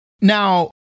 Now